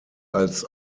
als